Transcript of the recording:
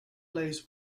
lays